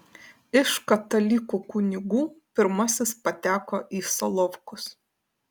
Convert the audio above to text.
iš katalikų kunigų pirmasis pateko į solovkus